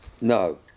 no